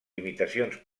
limitacions